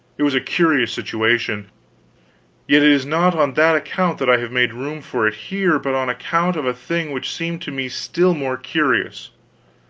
it was a curious situation yet it is not on that account that i have made room for it here, but on account of a thing which seemed to me still more curious.